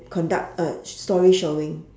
conduct a story showing